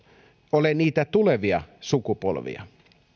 ole niitä tulevia sukupolvia